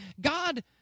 God